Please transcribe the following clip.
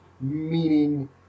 Meaning